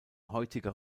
heutiger